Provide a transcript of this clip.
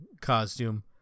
costume